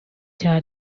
cya